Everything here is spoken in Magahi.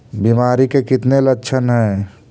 बीमारी के कितने लक्षण हैं?